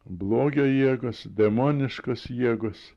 blogio jėgos demoniškos jėgos